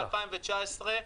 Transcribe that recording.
ב-2019,